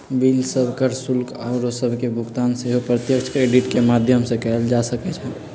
bill सभ, कर, शुल्क आउरो सभके भुगतान सेहो प्रत्यक्ष क्रेडिट के माध्यम से कएल जा सकइ छै